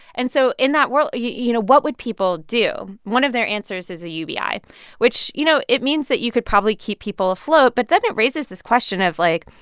and so in that world you know, what would people do? one of their answers is a ubi, which, you know, it means that you could probably keep people afloat. but then it raises this question of, like,